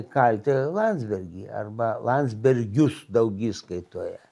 kalti landsbergį arba landsbergius daugiskaitoje